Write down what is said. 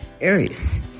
Aries